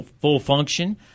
full-function